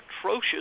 atrocious